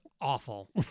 awful